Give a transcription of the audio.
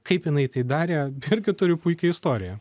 kaip jinai tai darė irgi turiu puikią istoriją